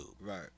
Right